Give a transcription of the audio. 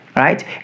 right